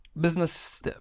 business